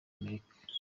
amerika